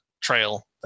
trail